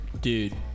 Dude